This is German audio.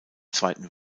zweiten